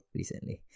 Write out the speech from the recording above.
recently